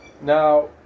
Now